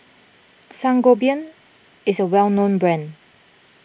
Sangobion is a well known brand